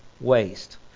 waste